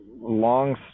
long